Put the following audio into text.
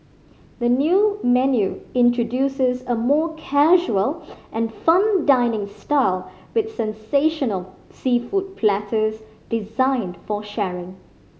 the new menu introduces a more casual and fun dining style with sensational seafood platters designed for sharing